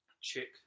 check